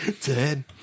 Dead